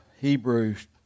Hebrews